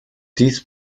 dies